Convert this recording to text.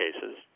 cases